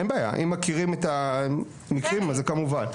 אין בעיה, אם מכירים את המקרים אז זה כמובן.